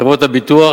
חברות הביטוח,